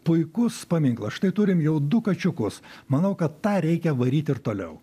puikus paminklas štai turim jau du kačiukus manau kad tą reikia varyti ir toliau